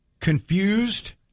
confused